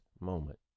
moment